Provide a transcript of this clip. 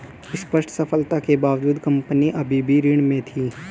स्पष्ट सफलता के बावजूद कंपनी अभी भी ऋण में थी